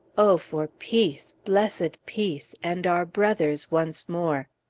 oh, for peace, blessed peace, and our brothers once more!